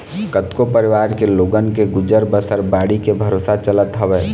कतको परवार के लोगन के गुजर बसर बाड़ी के भरोसा चलत हवय